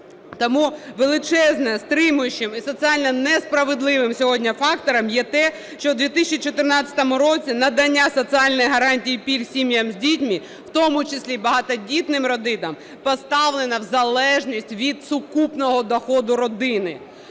Тому величезним стримуючим і соціально несправедливим сьогодні фактором є те, що у 2014 році надання соціальних гарантій і пільг сім'ям з дітьми, в тому числі і багатодітним родинам, поставлено в залежність від сукупного доходу родини